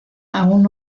aún